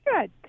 Good